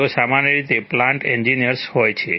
તેઓ સામાન્ય રીતે પ્લાન્ટ એન્જિનિયર્સ હોય છે